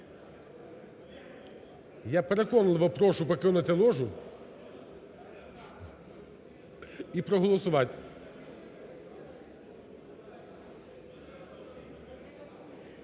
Я переконливо прошу поки ложу і проголосувати.